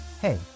Hey